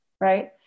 right